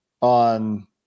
on